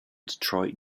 detroit